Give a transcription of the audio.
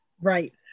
Right